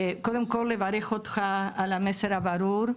קודם כל לברך אותך על המסר הברור.